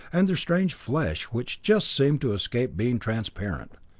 and their strange flesh, which just seemed to escape being transparent.